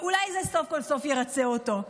ואולי זה סוף כל סוף ירצה אותו.